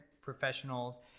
professionals